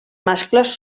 mascles